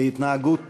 כדרכי, להתנהגות